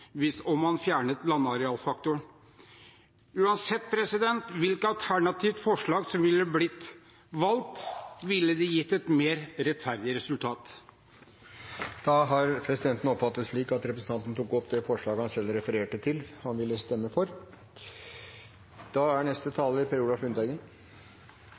om man fjernet landarealfaktoren. Uansett hvilket alternativt forslag som hadde blitt valgt, ville det gitt et mer rettferdig resultat. Da har presidenten oppfattet det slik at representanten Tom E.B. Holthe tok opp det forslaget han refererte til at han ville stemme for. I motsetning til flere tidligere saker er